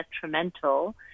detrimental